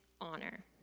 honor